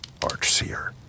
Archseer